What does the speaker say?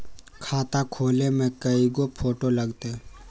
खाता खोले में कइगो फ़ोटो लगतै?